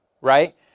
right